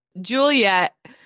Juliet